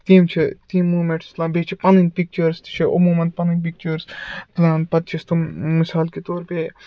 تِم چھِ تِم موٗمٮ۪نٹٕس تُلان بیٚیہِ چھِ پَنٕنۍ پِکچٲرٕس تہِ چھِ عموٗمن پَنٕنۍ پِکچٲرٕس تُلان پَتہٕ چھِ أسۍ تِم مِثال کے طور پے